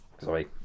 Sorry